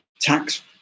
tax